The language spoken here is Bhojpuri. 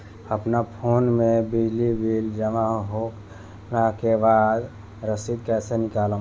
अपना फोन मे बिजली बिल जमा होला के बाद रसीद कैसे निकालम?